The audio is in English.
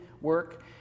work